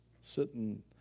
sitting